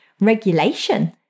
regulation